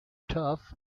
turf